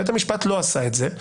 בית המשפט לא עשה את זה,